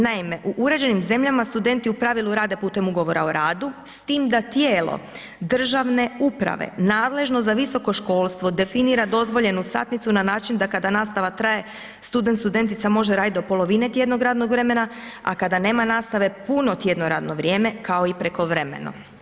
Naime, u uređenim zemljama studenti u pravilu rade putem Ugovora o radu s tim da tijelo državne uprave nadležno za visoko školstvo definira dozvoljenu satnicu na način da kada nastava traje student, studentica može radit do polovine tjednog radnog vremena, a kada nema nastave puno tjedno radno vrijeme, kao i prekovremeno.